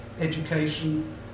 education